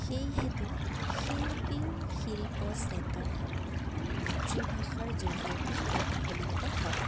সেইহেতু শিল্পীৰ শিল্প চেতনা মাতৃভাষাৰ জৰিয়তে প্ৰতিফলিত হয়